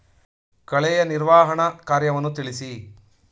ಕಳೆಯ ನಿರ್ವಹಣಾ ಕಾರ್ಯವನ್ನು ತಿಳಿಸಿ?